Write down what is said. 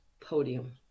podium